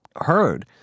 heard